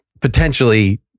potentially